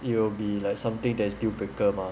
it'll be like something that is deal breaker mah